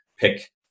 pick